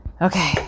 Okay